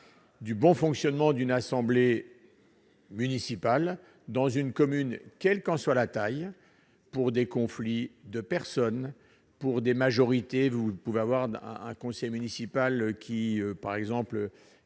du bon fonctionnement d'une assemblée municipale, dans une commune, quel qu'en soit la taille pour des conflits de personnes pour des majorités, vous pouvez avoir d'un conseiller municipal qui, par exemple,